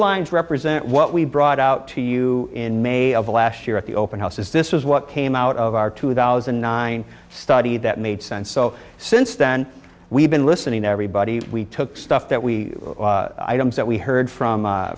lines represent what we brought out to you in may of last year at the open houses this is what came out of our two thousand and nine study that made sense so since then we've been listening to everybody we took stuff that we that we heard from